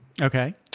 Okay